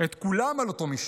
את כולם על אותו מישור,